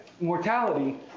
Mortality